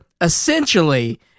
essentially –